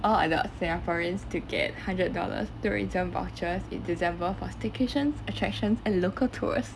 all adult singaporeans to get hundred dollars tourism vouchers in december for staycations attractions and local tours